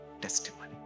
testimony